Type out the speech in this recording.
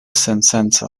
sensenca